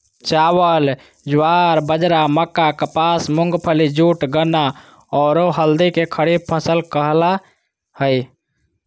चावल, ज्वार, बाजरा, मक्का, कपास, मूंगफली, जूट, गन्ना, औरो हल्दी के खरीफ फसल कहला हइ